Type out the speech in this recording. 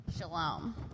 Shalom